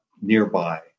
nearby